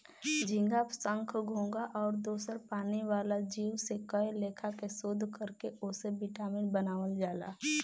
झींगा, संख, घोघा आउर दोसर पानी वाला जीव से कए लेखा के शोध कर के ओसे विटामिन बनावल जाला